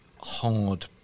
hard